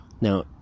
Now